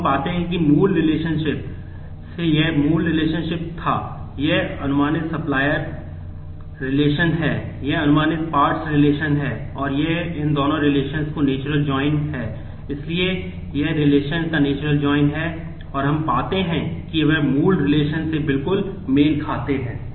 अब हम पाते हैं कि मूल रिलेशनशिप से बिल्कुल मेल खाते हैं